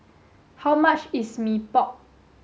how much is Mee Pok